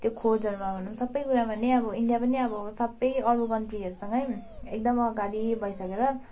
त्यो खोजहरूमा भनौँ सबै कुरामा नै अब इन्डिया पनि अब सबै अरू कन्ट्रीहरूसँगै एकदम अगाडि बढिसकेर